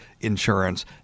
insurance